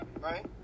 Right